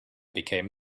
became